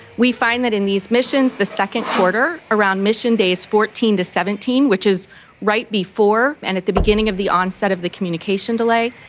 we find that in these missions, the second quarter, around mission days fourteen to seventeen, which is right before and at the beginning of the onset of the communication delay,